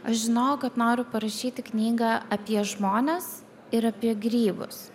aš žinojau kad noriu parašyti knygą apie žmones ir apie grybus